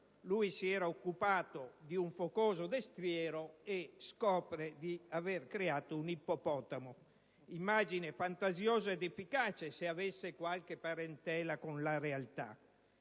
lui si era occupato di un focoso destriero, e scopre di aver creato un ippopotamo. Immagine fantasiosa ed efficace, se avesse qualche parentela con la realtà.